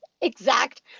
exact